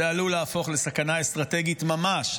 זה עלול להפוך לסכנה אסטרטגית ממש.